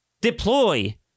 deploy